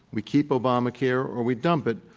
we keep obamacare or we dump it,